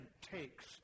takes